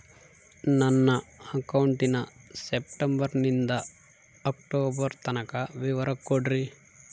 ನನ್ನ ಅಕೌಂಟಿನ ಸೆಪ್ಟೆಂಬರನಿಂದ ಅಕ್ಟೋಬರ್ ತನಕ ವಿವರ ಕೊಡ್ರಿ?